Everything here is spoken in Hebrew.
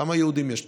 כמה יהודים יש פה?